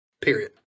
Period